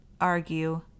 argue